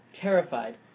terrified